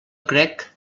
crec